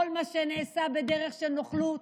כל מה שנעשה בדרך של נוכלות,